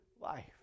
life